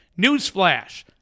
Newsflash